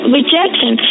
rejection